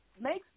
makes